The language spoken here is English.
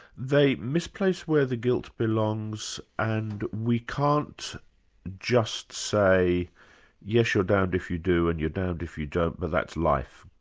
they misplace where the guilt belongs and we can't just say yes, you're damned if you do, and you're damned if you don't, but that's life.